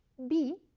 b,